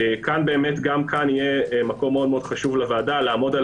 גם כאן יהיה מקום מאוד חשוב לוועדה לעמוד על